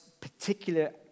particular